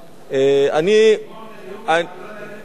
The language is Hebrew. מבקש לגמור את הנאום, היא עלולה ללדת כל דקה.